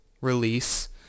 release